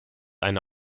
eine